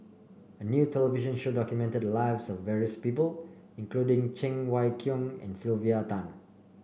a new television show documented the lives of various people including Cheng Wai Keung and Sylvia Tan